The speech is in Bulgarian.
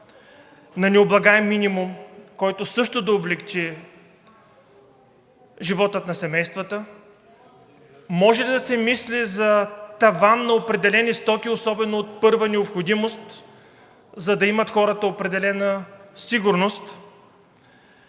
на необлагаем минимум, който също да облекчи живота на семействата. Може ли да се мисли за таван на определени стоки, особено от първа необходимост, за да имат хората определена сигурност?